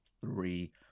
three